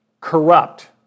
corrupt